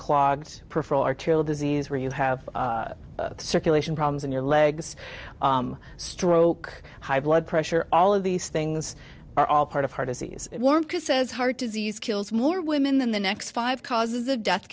clogged peripheral arterial disease where you have circulation problems in your legs stroke high blood pressure all of these things are all part of heart disease chris says heart disease kills more women than the next five causes of de